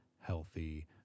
healthy